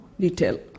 detail